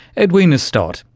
edwina stott.